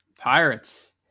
Pirates